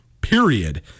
period